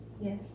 yes